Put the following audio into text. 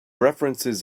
references